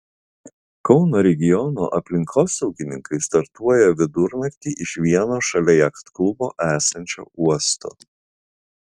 kauno regiono aplinkosaugininkai startuoja vidurnaktį iš vieno šalia jachtklubo esančio uosto